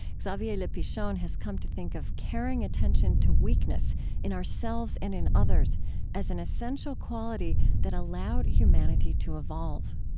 xavier le pichon has come to think of caring attention to weakness in ourselves and in others as an essential quality that allowed humanity to evolve